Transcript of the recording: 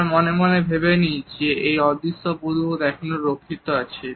আমরা মনে মনে ভেবে নিই যে এই অদৃশ্য বুদবুদ এখনো রক্ষিত আছে